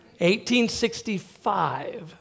1865